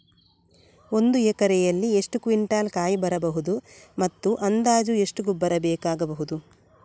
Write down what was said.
ಒಂದು ಎಕರೆಯಲ್ಲಿ ಎಷ್ಟು ಕ್ವಿಂಟಾಲ್ ಕಾಯಿ ಬರಬಹುದು ಮತ್ತು ಅಂದಾಜು ಎಷ್ಟು ಗೊಬ್ಬರ ಬೇಕಾಗಬಹುದು?